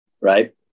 right